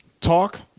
talk